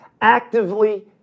actively